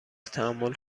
تحمل